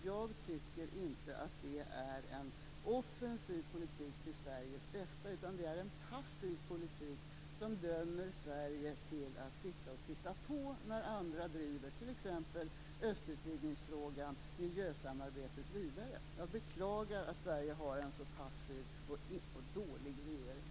Jag tycker inte att det är en offensiv politik för Sveriges bästa. Det är en passiv politik, som dömer Sverige till att sitta och titta på när andra driver t.ex. frågan om en utvidgning österut och miljösamarbetet vidare. Jag beklagar att Sverige har en så passiv och dålig regering.